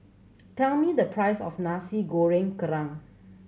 tell me the price of Nasi Goreng Kerang